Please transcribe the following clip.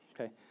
okay